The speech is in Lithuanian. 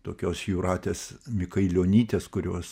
tokios jūratės mikailionytės kurios